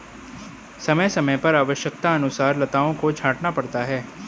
समय समय पर आवश्यकतानुसार लताओं को छांटना पड़ता है